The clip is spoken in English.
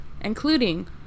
including